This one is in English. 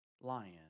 Lion